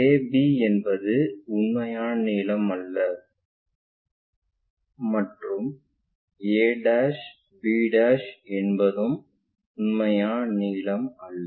Ab என்பது உண்மையான நீளம் அல்ல மற்றும் ab என்பதும் உண்மையான நீளம் அல்ல